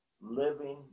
living